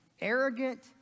arrogant